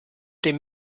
dem